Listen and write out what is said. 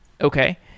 Okay